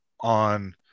on